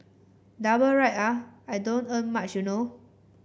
double ride ah I don't earn much you know